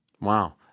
Wow